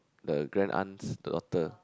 the grandaunt's daughter